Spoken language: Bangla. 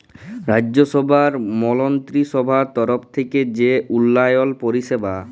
রাজ্যসভার মলত্রিসভার তরফ থ্যাইকে যে উল্ল্যয়ল পরিষেবা